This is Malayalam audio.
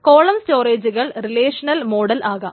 കോളം സ്റ്റോറേജുകൾ റിലേഷനൽ മോഡൽ ആകാം